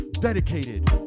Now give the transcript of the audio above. Dedicated